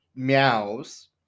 meows